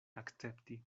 akcepti